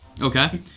Okay